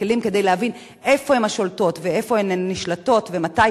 הכלים כדי להבין איפה הן שולטות ואיפה הן נשלטות ומתי,